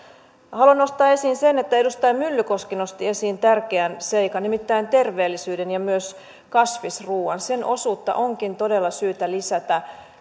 haluan nostaa esiin sen että edustaja myllykoski nosti esiin tärkeän seikan nimittäin terveellisyyden ja myös kasvisruoan sen osuutta onkin todella syytä lisätä